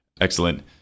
excellent